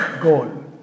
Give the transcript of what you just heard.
goal